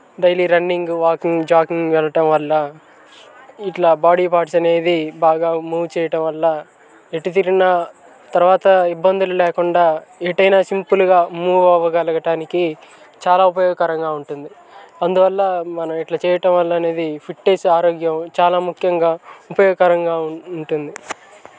daily running walking jogging వెళ్ళటం వల్ల ఇట్లా బాడీ పార్ట్స్ అనేవి బాగా మూవ్ చేయటం వల్ల ఎటు తిరిగిన తర్వాత ఇబ్బందులు లేకుండా ఏటైనా సింపుల్గా మూవ్ అవ్వగలగటానికి చాలా ఉపయోగకరంగా ఉంటుంది అందువల్ల మనము ఇట్ల చేయటం వలన అనేది ఫిట్నెస్ ఆరోగ్యం చాలా ముఖ్యంగా ఉపయోగకరంగా ఉంటుంది